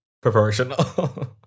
proportional